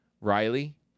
Riley